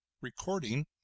Recording